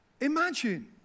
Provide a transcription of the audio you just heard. Imagine